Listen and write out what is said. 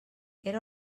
era